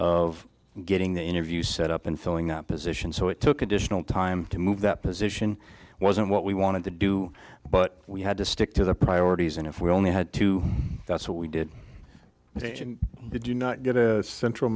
of getting the interview set up and filling up position so it took additional time to move that position wasn't what we wanted to do but we had to stick to the priorities and if we only had to that's what we did did you not get a central